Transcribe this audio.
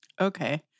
Okay